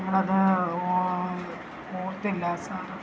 ഞങ്ങളത് ഓർത്തില്ല സാറേ